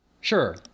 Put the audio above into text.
Sure